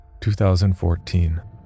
2014